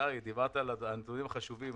דיברת על הנתונים החשובים.